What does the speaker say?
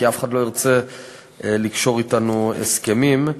כי אף אחד לא ירצה לקשור אתנו הסכמים.